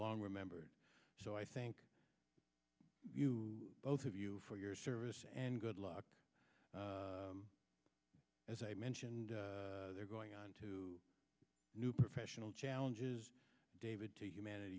long remembered so i thank you both of you for your service and good luck as i mentioned they're going on to new professional challenges david to humanity